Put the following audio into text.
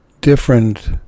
different